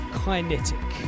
kinetic